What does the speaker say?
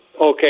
Okay